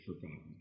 forgotten